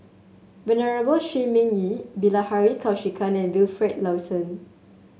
Venerable Shi Ming Yi Bilahari Kausikan and Wilfed Lawson